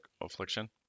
Affliction